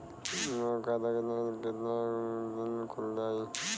हमर खाता कितना केतना दिन में खुल जाई?